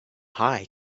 high